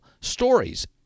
stories